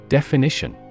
Definition